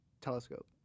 telescope